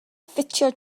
ffitio